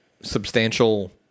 substantial